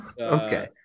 Okay